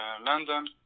London